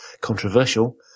controversial